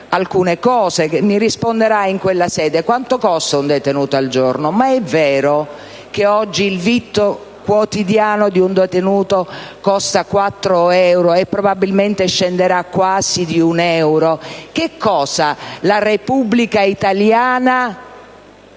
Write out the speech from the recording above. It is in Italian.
alcune domande, e mi risponderà in quella sede. Quanto costa un detenuto al giorno? È vero che oggi il vitto quotidiano di un detenuto costa quattro euro e, probabilmente, scenderà quasi di un euro? Che cosa la Repubblica italiana